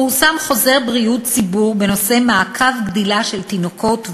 פורסם חוזר בריאות הציבור בנושא מעקב גדילה של תינוקות וילדים,